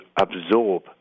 absorb